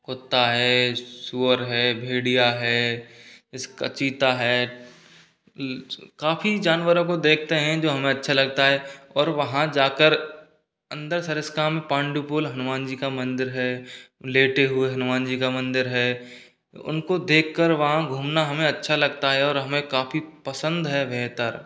कुत्ता है सूअर है भेड़िया है इसका चीता है काफ़ी जानवरों को देखते हैं जो हमें अच्छा लगता है और वहाँ जा कर अंदर सरिस्काम पांडुपुल हनुमान जी का मंदिर है लेटे हुए हनुमान जी का मंदिर है उनको देख कर वहाँ घूमना हमें अच्छा लगता है और हमें काफ़ी पसंद है बेहतर